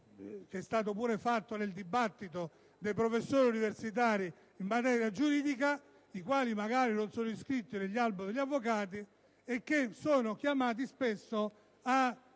anche nel corso del dibattito, dei professori universitari in materia giuridica, i quali magari non sono iscritti all'albo degli avvocati e che sono chiamati spesso a